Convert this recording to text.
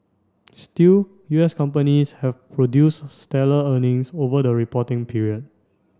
still U S companies have produce stellar earnings over the reporting period